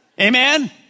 Amen